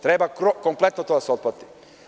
Treba kompletno to da se otplati.